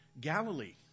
Galilee